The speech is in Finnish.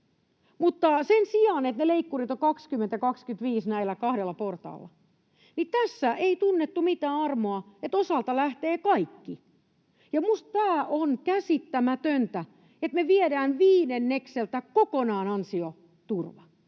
mutta sen sijaan, että ne leikkurit ovat 20 ja 25 näillä kahdella portaalla, niin tässä ei tunnettu mitään armoa, eli osalta lähtee kaikki. Minusta tämä on käsittämätöntä, että me viedään viidennekseltä kokonaan ansiosidonnainen